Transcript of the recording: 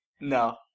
No